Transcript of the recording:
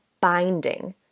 binding